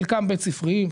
חלקם בית ספריים,